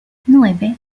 nueve